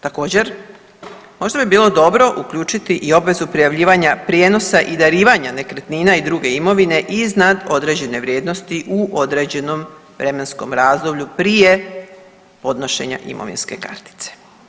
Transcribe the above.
Također možda bi bilo dobro uključiti i obvezu prijavljivanja prijenosa i darivanja nekretnina i druge imovine iznad određene vrijednosti u određenom vremenskom razdoblju prije podnošenja imovinske kartice.